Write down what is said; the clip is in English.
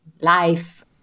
life